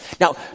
Now